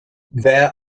there